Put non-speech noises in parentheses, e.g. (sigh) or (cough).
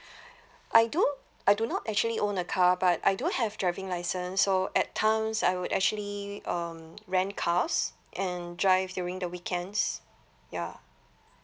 (breath) I do I do not actually own a car but I do have driving licence so at times I would actually um rent cars and drive during the weekends ya